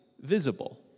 visible